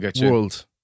world